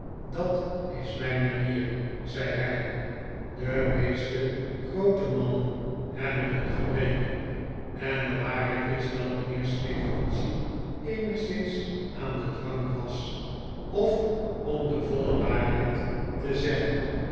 dat is mijn manier zei hij de meeste groote mannen hebben nun gebreken en de waarheid is dat mijnheer snevellicci eenigszins aan den drank was of om de voile waarheid te zeggen